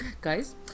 Guys